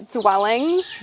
dwellings